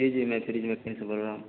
جی جی میں fridge mechanic سے بول رہا ہوں